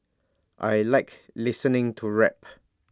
I Like listening to rap